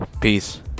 Peace